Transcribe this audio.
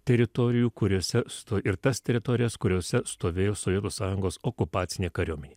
teritorijų kuriose ir tas teritorijas kuriose stovėjo sovietų sąjungos okupacinė kariuomenė